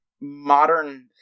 modern